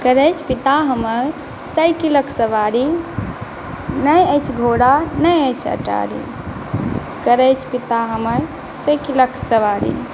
करैत छथि पिता हमर साइकिलक सवारी नहि अछि घोड़ा नहि अछि अटारी करैत छथि पिता हमर साइकिलक सवारी